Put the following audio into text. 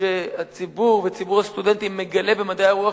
שהציבור וציבור הסטודנטים מגלה במדעי הרוח,